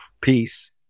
peace